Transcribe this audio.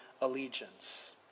allegiance